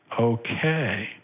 okay